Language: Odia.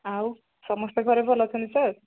ଆଉ ସମସ୍ତେ ଘରେ ଭଲ ଅଛନ୍ତି ସାର୍